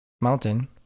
mountain